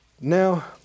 Now